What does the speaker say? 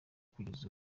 kugeza